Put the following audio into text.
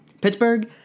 Pittsburgh